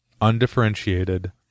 undifferentiated